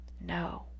No